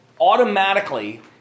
automatically